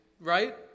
right